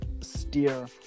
steer